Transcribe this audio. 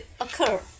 occur